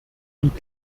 und